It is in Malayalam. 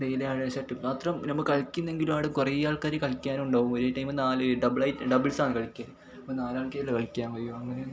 ഡേയ്ലി ആഴാ ഷട്ടിൽ മാത്രം നമ്മൾ കളിക്കുന്നെങ്കിലും ആടെ കുറേ ആൾക്കാർ കളിയ്ക്കാനുണ്ടാകും ഒരേ ടൈം നാല് ഡബിളായിട്ട് ഡബിൾസ്സാണ് കളിക്കുക ഇപ്പം നാലാൾക്കല്ലെ കളിയ്ക്കാൻ കഴിയൂ